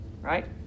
right